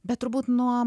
bet turbūt nuo